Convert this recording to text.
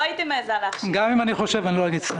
גם אם אני חושב, לא אגיד.